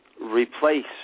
replace